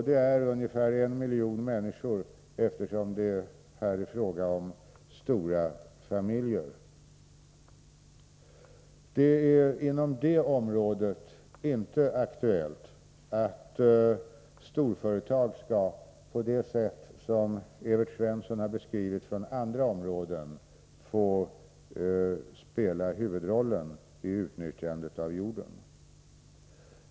Det gäller ungefär 1 miljon människor, eftersom det är fråga om stora familjer. Det är inom detta område inte aktuellt att storföretag skall — på det sätt som Evert Svensson beskrivit med exempel från andra områden — få spela huvudrollen vid utnyttjandet av jorden.